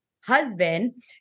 husband